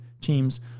teams